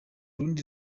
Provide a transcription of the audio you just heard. rundi